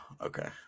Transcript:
okay